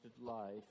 life